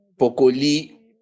Pokoli